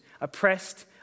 oppressed